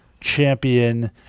champion